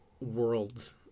worlds